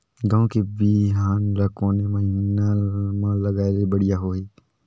गहूं के बिहान ल कोने महीना म लगाय ले बढ़िया होही?